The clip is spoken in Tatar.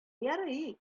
ярый